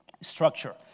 structure